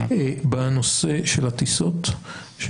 בנושא של הטיסות,